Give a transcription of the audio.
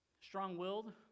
strong-willed